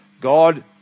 god